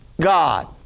God